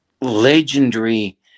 legendary